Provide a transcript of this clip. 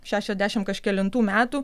šešiasdešimt kažkelintų metų